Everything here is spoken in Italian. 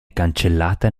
cancellata